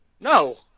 No